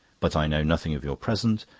but i know nothing of your present,